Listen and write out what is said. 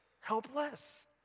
helpless